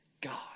God